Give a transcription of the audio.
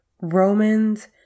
Romans